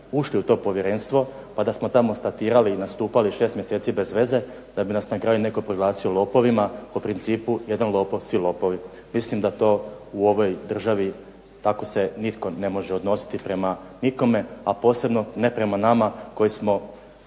ušli u to povjerenstvo pa da smo tamo statirali i nastupali 6 mjeseci bezveze da bi nas na kraju netko proglasio lopovima po principu jedan lopov, svi lopovi. Mislim da to u ovoj državi tako se nitko ne može odnositi prema nikome, a posebno ne prema nama koji smo